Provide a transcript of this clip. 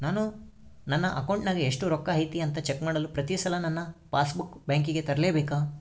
ನಾನು ನನ್ನ ಅಕೌಂಟಿನಾಗ ಎಷ್ಟು ರೊಕ್ಕ ಐತಿ ಅಂತಾ ಚೆಕ್ ಮಾಡಲು ಪ್ರತಿ ಸಲ ನನ್ನ ಪಾಸ್ ಬುಕ್ ಬ್ಯಾಂಕಿಗೆ ತರಲೆಬೇಕಾ?